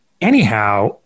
anyhow